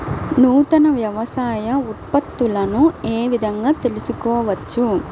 నూతన వ్యవసాయ ఉత్పత్తులను ఏ విధంగా తెలుసుకోవచ్చు?